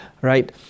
right